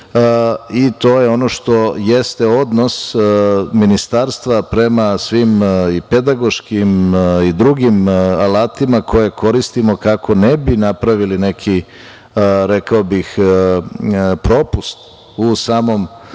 To je ono što jeste odnos Ministarstva prema svim i pedagoškim i drugim alatima koje koristimo kako ne bi napravili neki, rekao bih propust u samom